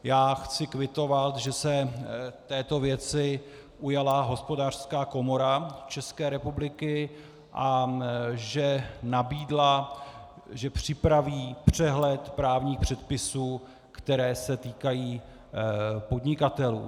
Já chci kvitovat, že se této věci ujala Hospodářská komora České republiky a že nabídla, že připraví přehled právních předpisů, které se týkají podnikatelů.